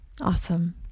Awesome